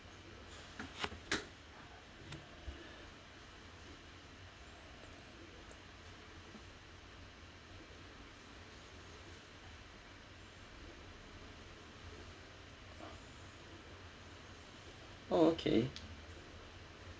oh okay